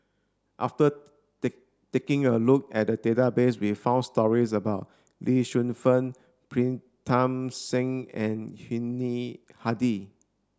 after taking a look at the database we found stories about Lee Shu Fen Pritam Singh and Yuni Hadi